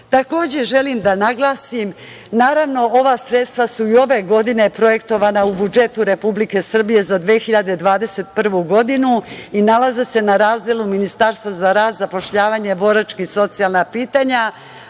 19.Takođe, želim da naglasim, a naravno, ova sredstva su i ove godine projektovana u budžetu Republike Srbije za 2021. godinu i nalaze se na razdelu Ministarstva za rad, zapošljavanje, boračka i socijalna pitanja,